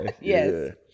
Yes